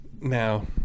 Now